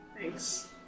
Thanks